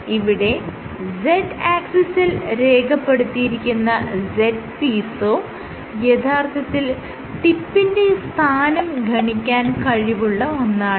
ഇവിടെ z ആക്സിസിൽ രേഖപ്പെടുത്തിയിരിക്കുന്ന z പീസോ യഥാർത്ഥത്തിൽ ടിപ്പിന്റെ സ്ഥാനം ഗണിക്കാൻ കഴിവുള്ള ഒന്നാണ്